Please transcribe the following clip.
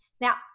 now